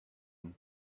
and